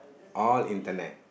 all internet